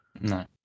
No